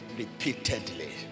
repeatedly